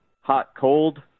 hot-cold